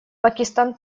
пакистан